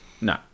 No